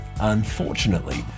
Unfortunately